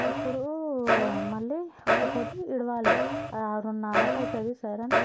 అప్పుడు మళ్ళీ ఒక్క పొద్దు విడవాలి ఆరున్నరకి అవుతుంది సైరన్